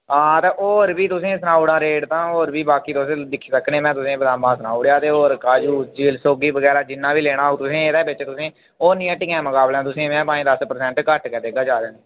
हां ते होर बी तुसेंगी सनाई ओड़ां रेट तां होर बी बाकी दिक्खी सकने में तुसेंगी बदामा सनाई ओडे़या होर काजू सौंगी बगैरा जिन्ना बी लैना होग तुसें एह्दे बिच्च तुसेंगी होरने हट्टियै मकाबले तुसेंगी पंज दस परसेन्ट घट्ट गै देगा ज्यादे नेईं